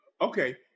okay